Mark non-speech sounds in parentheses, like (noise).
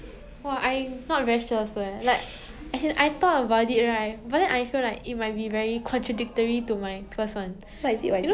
(laughs) ah ya ya ya